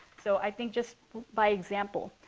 so i think just by example.